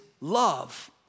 love